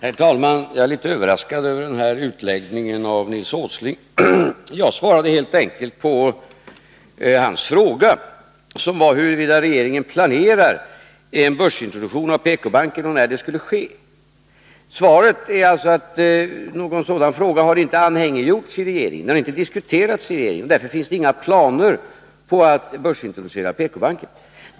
Herr talman! Jag är litet överraskad över den här utläggningen av Nils Åsling. Jag svarade helt enkelt på hans fråga, som gällde om regeringen planerar en börsintroduktion av PKbanken och när den skulle ske. Svaret är alltså att någon sådan fråga inte har anhängiggjorts i regeringen och inte diskuterats i regeringen och att det därför inte finns några planer på att börsintroducera PKbanken.